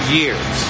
years